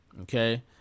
Okay